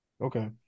Okay